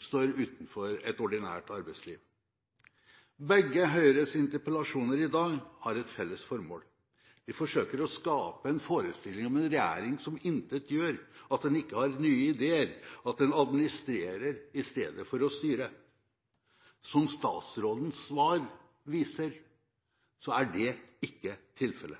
står utenfor et ordinært arbeidsliv. Høyres to interpellasjoner i dag har et felles formål: De forsøker å skape en forestilling om en regjering som intet gjør, at en ikke har nye ideer, at en administrerer i stedet for å styre. Som statsrådens svar viser, er det ikke tilfellet.